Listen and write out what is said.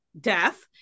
death